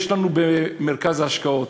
יש לנו במרכז ההשקעות